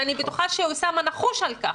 אני בטוחה שאוסאמה נחוש לכך.